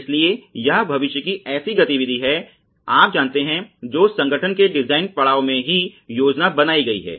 इसलिए यह भविष्य की ऐसी गतिविधि है आप जानते हैं जो संगठन के डिजाइन पड़ाव में ही योजना बनाई गयी है